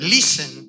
Listen